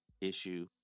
issue